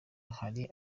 hari